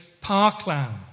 parkland